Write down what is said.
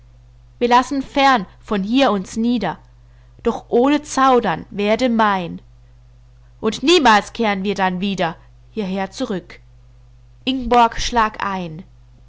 wir lassen fern von hier uns nieder doch ohne zaudern werde mein und niemals kehren wir dann wieder hierher zurück ingborg schlag ein